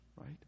right